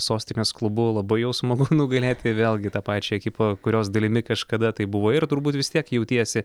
sostinės klubu labai smagu nugalėti vėlgi tą pačią ekipą kurios dalimi kažkada tai buvo ir turbūt vis tiek jautiesi